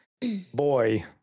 boy